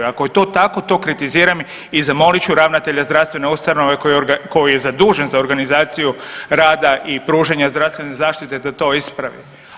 Ako je to tako, to kritiziram i zamolit ću ravnatelja zdravstvene ustanove koji je zadužen za organizaciju rada i pružanje zdravstvene zaštite da to ispravi.